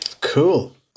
cool